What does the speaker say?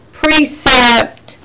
precept